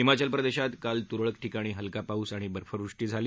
हिमाचल प्रदेशात काल तुरळक ठिकाणी हलका पाऊस आणि बर्फवृष्टी झाली